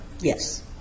yes